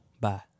Bye